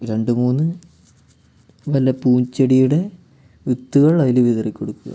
രണ്ടുമൂന്നു നല്ല പൂച്ചെടിയുടെ വിത്തുകൾ അതില് വിതറിക്കൊടുക്കുക